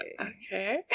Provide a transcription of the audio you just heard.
Okay